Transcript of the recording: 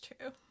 true